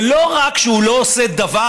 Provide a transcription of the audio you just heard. לא רק שהוא לא עושה דבר,